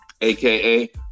aka